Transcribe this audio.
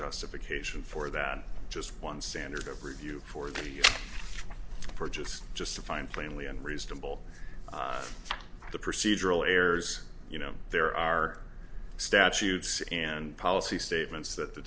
justification for that just one standard of review for the purchase just to find plainly and reasonable the procedural errors you know there are statutes and policy statements that the